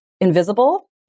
invisible